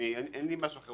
אין לי משהו אחר.